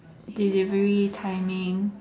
delivery timing